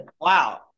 wow